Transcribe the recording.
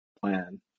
plan